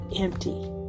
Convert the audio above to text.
empty